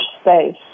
space